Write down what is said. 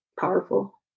powerful